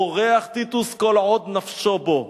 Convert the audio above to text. בורח טיטוס כל עוד נפשו בו.